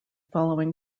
following